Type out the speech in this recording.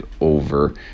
over